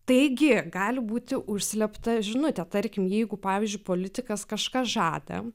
taigi gali būti užslėpta žinutė tarkim jeigu pavyzdžiui politikas kažką žada